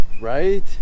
right